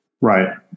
Right